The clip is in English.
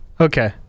Okay